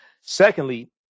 Secondly